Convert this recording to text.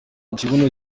ikibuno